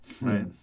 Right